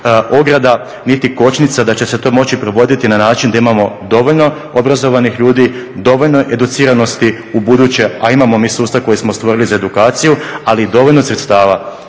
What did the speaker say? niti kočnica da će se to moći provoditi na način da imamo dovoljno obrazovanih ljudi, dovoljno educiranosti u buduće, a imamo mi sustav koji smo stvorili za edukaciju ali i dovoljno sredstava